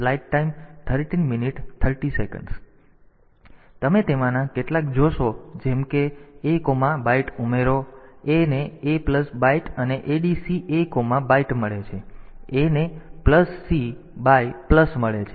તેથી તમે તેમાંના કેટલાક જોશો જેમ કે abyte ઉમેરો A ને A પ્લસ બાઇટ અને ADC Aબાઇટ મળે છે a ને પ્લસ સી બાય પ્લસ મળે છે